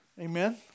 amen